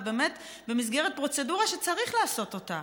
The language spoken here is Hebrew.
ובמסגרת פרוצדורה שצריך לעשות אותה,